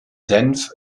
senf